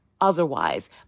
otherwise